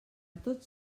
tots